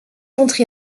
entré